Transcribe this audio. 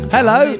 Hello